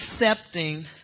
accepting